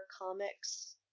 comics